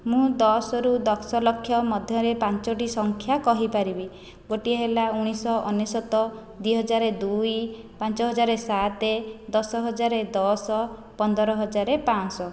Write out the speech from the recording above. ମୁଁ ଦଶ ରୁ ଦଶ ଲକ୍ଷ ମଧ୍ୟରେ ପାଞ୍ଚଟି ସଂଖ୍ୟା କହିପାରିବି ଗୋଟିଏ ହେଲା ଉଣେଇଶହ ଅନେଶ୍ୱତ ଦୁଇ ହଜାର ଦୁଇ ପାଞ୍ଚ ହଜାର ସାତ ଦଶ ହଜାର ଦଶ ପନ୍ଦର ହଜାର ପାଞ୍ଚଶହ